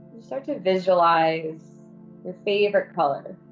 start to visualize your favorite color.